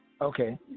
Okay